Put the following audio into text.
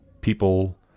people